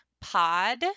Pod